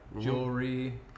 jewelry